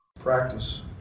Practice